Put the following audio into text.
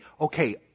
okay